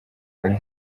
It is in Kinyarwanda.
bari